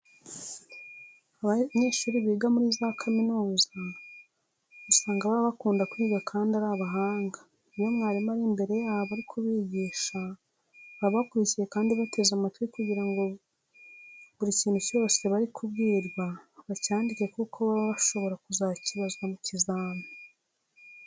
Abanyeshuri biga muri kaminuza usanga baba bakunda kwiga kandi ari abahanga. Iyo mwarimu ari imbere yabo ari kubigisha baba bakurikiye kandi bateze amatwi kugira ko buri kintu cyose bari kubwirwa bacyandike kuko baba bashobora kuzakibazwa mu kizamini.